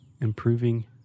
improving